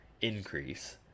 increase